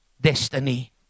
destiny